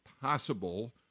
possible